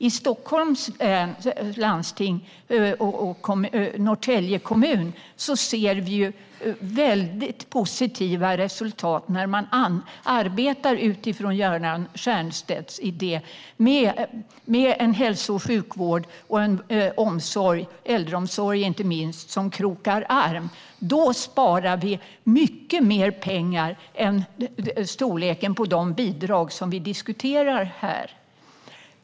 I Stockholms läns landsting och Norrtälje kommun ser vi positiva resultat där man utifrån Göran Stiernstedts idé arbetar med en hälso och sjukvård och en äldreomsorg som krokar arm. Då sparar vi mycket mer pengar än storleken på de bidrag som vi diskuterar här.